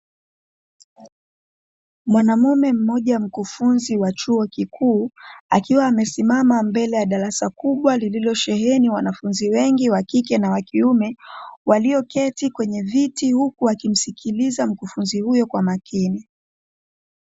Mwanamume mmoja mkufunzi wa chuo kikuu, akiwa amesimama mbele ya darasa kubwa lililosheheni wanafunzi wengi, wa kike na wa kiume, walioketi kwenye viti, huku wakimsikiliza mkufunzi huyo kwa makini.